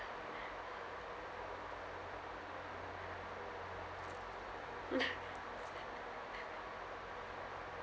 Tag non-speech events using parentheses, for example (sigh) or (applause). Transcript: (laughs)